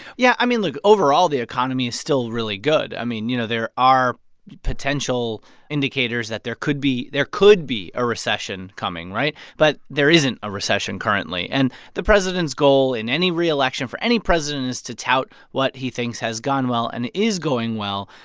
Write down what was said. yeah. i mean, look. overall, the economy is still really good. i mean, you know, there are potential indicators that there could be there could be a recession coming, right? but there isn't a recession currently. and the president's goal in any re-election for any president is to tout what he thinks has gone well and is going well.